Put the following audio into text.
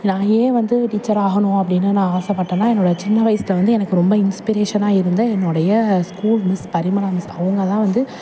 நான் ஏன் வந்து டீச்சர் ஆகணும் அப்படினு நான் ஆசைப்பட்டேன்னா என்னோட சின்ன வயசில் வந்து எனக்கு ரொம்ப இன்ஸ்பிரேஷனாக இருந்த என்னுடைய ஸ்கூல் மிஸ் பரிமளா மிஸ் அவங்க தான் வந்து